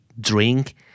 drink